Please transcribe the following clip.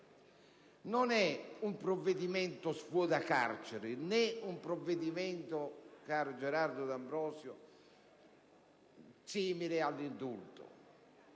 Non è un provvedimento svuota carceri, né un provvedimento, caro senatore D'Ambrosio, simile ad un indulto.